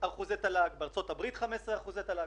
השקעה.